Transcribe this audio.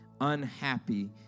unhappy